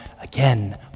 again